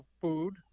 food